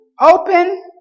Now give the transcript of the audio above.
open